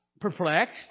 perplexed